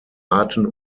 arten